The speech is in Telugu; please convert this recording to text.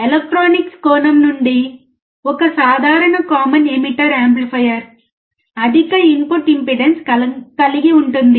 ఎలక్ట్రానిక్స్ కోణం నుండి ఒక సాధారణ కామన్ ఎమిటర్ యాంప్లిఫైయర్ అధిక ఇన్పుట్ ఇంపెడెన్స్ కలిగి ఉంటుంది